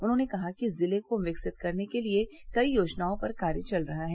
उन्होंने कहा कि जिले को विकसित करने के लिए कई योजनाओं पर कार्य चल रहा है